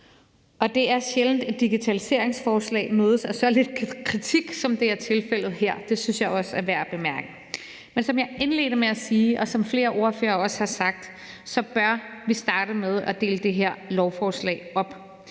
Det er sjældent, at et digitaliseringsforslag mødes af så lidt kritik, som det er tilfældet her – det synes jeg også er værd bemærke. Men som jeg indledte med at sige, og som flere ordførere også har sagt, bør vi starte med at dele det her lovforslag op.